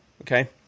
Okay